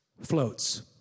floats